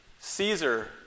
Caesar